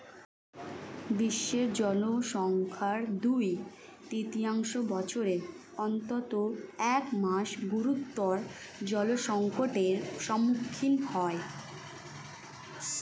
বিশ্বের জনসংখ্যার দুই তৃতীয়াংশ বছরের অন্তত এক মাস গুরুতর জলসংকটের সম্মুখীন হয়